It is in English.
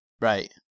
Right